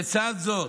לצד זאת,